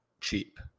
cheap